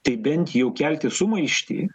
tai bent jau kelti sumaištį